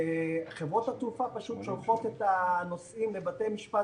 חברות התעופה פשוט שולחות את הנוסעים לבתי משפט,